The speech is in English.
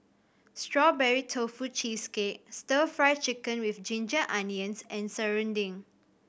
Strawberry Tofu Cheesecake Stir Fry Chicken with ginger onions and serunding